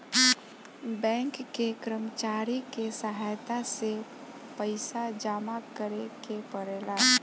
bank के कर्मचारी के सहायता से पइसा जामा करेके पड़ेला